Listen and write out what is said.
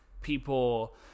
people